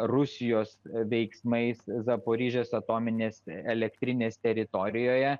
rusijos veiksmais zaporožės atominės elektrinės teritorijoje